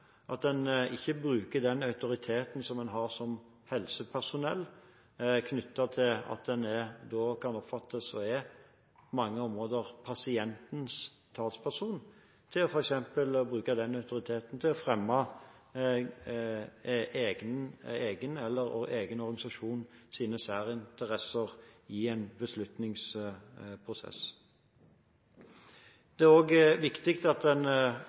bruker den autoriteten som en har som helsepersonell, knyttet til at en kan oppfattes som, og på mange områder er, pasientenes talsperson, til f.eks. å fremme egen organisasjons særinteresser i en beslutningsprosess. Det er også viktig at en